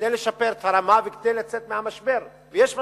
כדי לשפר את הרמה וכדי לצאת מהמשבר, ויש משבר,